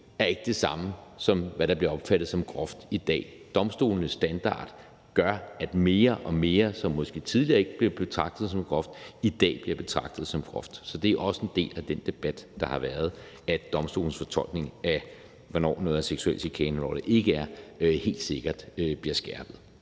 er det samme, som hvad der bliver opfattet som groft i dag. Domstolenes standard gør, at mere og mere, som måske tidligere ikke blev betragtet som groft, i dag bliver betragtet som groft. Så det er også en del af den debat, der har været, at domstolenes fortolkning af, hvornår noget er seksuel chikane og hvornår det ikke er, helt sikkert bliver skærpet.